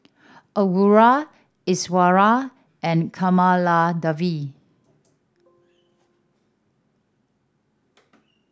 Aruna Iswaran and Kamaladevi